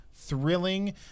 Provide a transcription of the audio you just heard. Thrilling